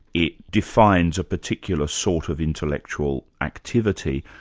it defines a particular sort of intellectual activity.